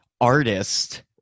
artist